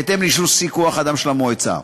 בהתאם לאישור שיא כוח-האדם של המועצה.